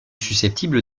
susceptibles